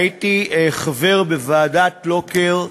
הייתי חבר בוועדת לוקר,